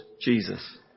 Jesus